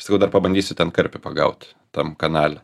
sakau dar pabandysiu ten karpį pagaut tam kanale